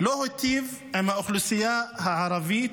לא היטיבו עם האוכלוסייה הערבית